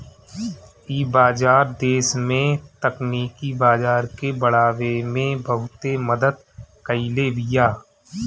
इ बाजार देस में तकनीकी बाजार के बढ़ावे में बहुते मदद कईले बिया